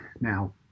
Now